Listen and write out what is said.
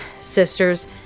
sisters